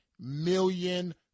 million